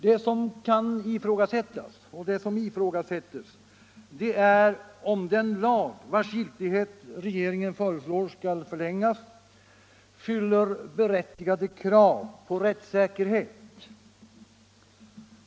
Det som kan ifrågasättas och som ifrågasättes är om den lag, vars giltighet regeringen föreslår skall förlängas, fyller berättigade krav på rättssäkerhet.